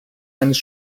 eines